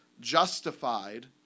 justified